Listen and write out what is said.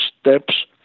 steps